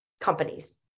companies